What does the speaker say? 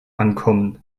ankommen